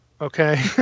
okay